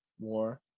More